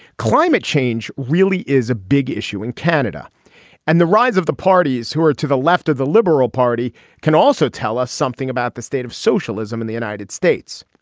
climate change really is a big issue in canada and the rise of the parties who are to the left of the liberal party can also tell us something about the state of socialism in the united states.